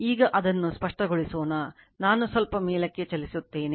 ಈಗ ಅದನ್ನು ಸ್ಪಷ್ಟಗೊಳಿಸೋಣ ನಾನು ಸ್ವಲ್ಪ ಮೇಲಕ್ಕೆ ಚಲಿಸುತ್ತೇನೆ